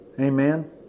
Amen